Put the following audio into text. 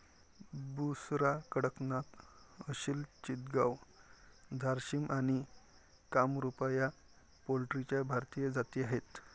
बुसरा, कडकनाथ, असिल चितगाव, झारसिम आणि कामरूपा या पोल्ट्रीच्या भारतीय जाती आहेत